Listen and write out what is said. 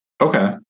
Okay